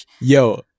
yo